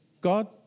God